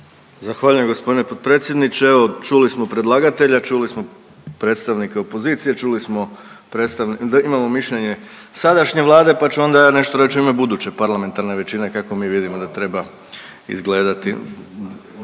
Zahvaljujem g. potpredsjedniče. Evo čuli smo predlagatelja, čuli smo predstavnike opozicije, čuli smo imamo mišljenje sadašnje Vlade pa ću ona ja nešto reć u ime buduće parlamentarne većine kako mi vidimo da treba izgledati.